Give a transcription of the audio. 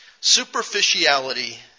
superficiality